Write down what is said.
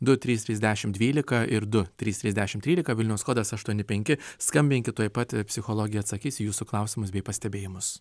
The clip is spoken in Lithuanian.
du trys trys dešimt dvylika ir du trys trys dešimt trylika vilniaus kodas aštuoni penki skambinkit tuoj pat psichologė atsakys į jūsų klausimus bei pastebėjimus